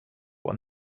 one